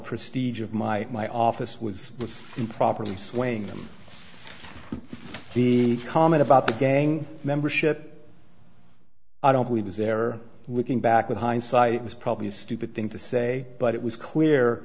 prestige of my my office was improperly swaying them the comment about the gang membership i don't we was there looking back with hindsight it was probably a stupid thing to say but it was clear